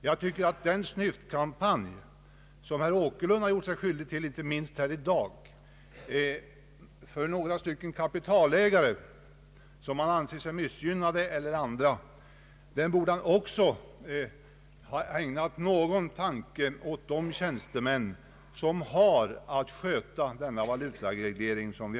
Vid sidan av den snyftkampanj som herr Åkerlund gjort sig skyldig till inte minst i dag för några kapitalägare som har ansett sig missgynnade eller andra borde han ha ägnat någon tanke även åt de tjänstemän som har att sköta valutaregleringen.